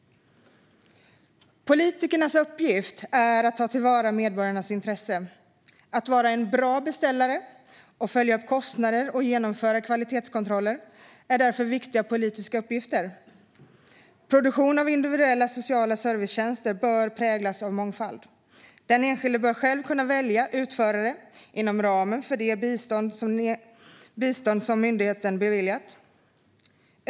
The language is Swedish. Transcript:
Politikernas uppgift är att ta till vara medborgarnas intressen. Att vara en bra beställare, följa upp kostnader och genomföra kvalitetskontroller är därför viktiga politiska uppgifter. Produktion av individuella sociala servicetjänster bör präglas av mångfald. Den enskilde bör själv kunna välja utförare inom ramen för det bistånd som myndigheten beviljat.